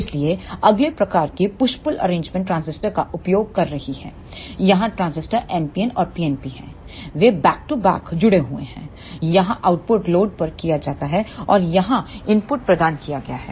इसलिए अगले प्रकार की पुश पुल तरतीब ट्रांजिस्टर का उपयोग कर रही है यहां ट्रांजिस्टर NPN और PNP हैं वे बैक टू बैक जुड़े हुए हैं यहां आउटपुट लोड पर लिया गया है और यहाँ इनपुट प्रदान किया गया है